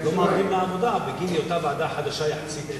לא מעבירים לה עבודה בגין היותה ועדה חדשה יחסית,